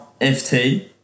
FT